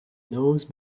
nose